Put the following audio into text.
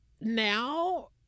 Now